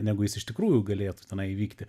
negu jis iš tikrųjų galėtų tenai vykti